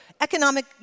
economic